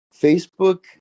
Facebook